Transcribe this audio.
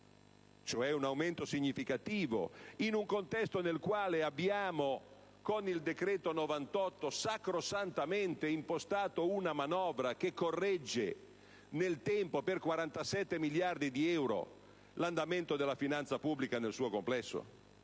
con un aumento significativo, in un contesto nel quale abbiamo, con il decreto-legge n. 98, sacrosantamente impostato una manovra che corregge nel tempo, per 47 miliardi di euro, l'andamento della finanza pubblica nel suo complesso?